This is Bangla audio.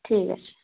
ঠিক আছে